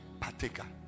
partaker